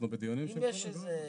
אנחנו בדיונים כל הזמן.